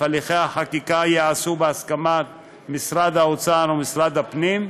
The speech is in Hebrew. הליכי החקיקה ייעשו בהסכמת משרד האוצר ומשרד הפנים,